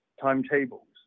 timetables